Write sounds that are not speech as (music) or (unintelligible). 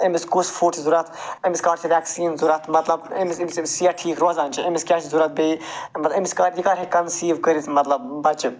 أمِس کُس فُڈ چھِ ضوٚرتھ أمِس کر چھِ وٮ۪کسیٖن ضوٚرتھ مطلب أمِس ییٚمہِ سۭتۍ (unintelligible) صحت ٹھیٖک روزان چھِ أمِس کیٛاہ چھِ ضوٚرتھ بیٚیہِ (unintelligible) أمِس کر یہِ کر ہیٚکہِ کَنسیٖو کٔرِتھ مَطلَب بَچہٕ